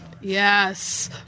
Yes